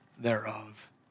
thereof